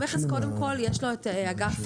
למכס יש את אגף